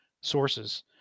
sources